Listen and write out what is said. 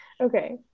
okay